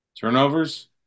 turnovers